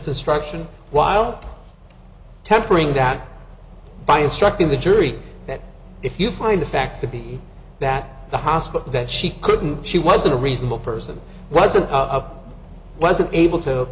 instruction while tempering that by instructing the jury that if you find the facts to be that the hospital that she couldn't she was a reasonable person wasn't wasn't able to